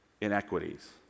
inequities